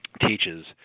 teaches